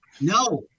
No